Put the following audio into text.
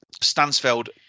Stansfeld